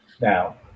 Now